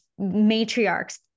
matriarchs